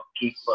keep